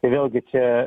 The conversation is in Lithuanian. ir vėlgi čia